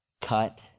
cut